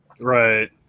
Right